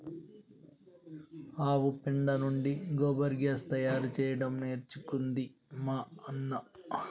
ఆవు పెండ నుండి గోబర్ గ్యాస్ తయారు చేయడం నేర్చుకుంది మా అన్న